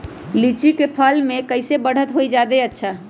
लिचि क फल म कईसे बढ़त होई जादे अच्छा?